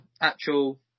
actual